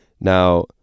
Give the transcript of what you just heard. Now